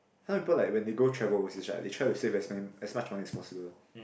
some people like when they go travel overseas right they try to save as man~ as much money as possible